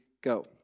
go